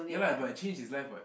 ya lah but it changed his life [what]